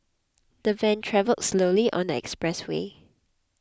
the van travelled slowly on the expressway